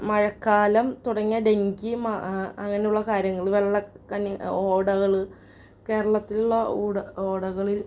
മഴക്കാലം തുടങ്ങിയാൽ ഡെങ്കിയും മാ അങ്ങനെയുള്ള കാര്യങ്ങൾ വെള്ളം കന്നി ഓടകൾ കേരളത്തിലുള്ള ഊട ഓടകൾ